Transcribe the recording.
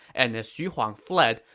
and as xu huang fled,